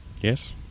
Yes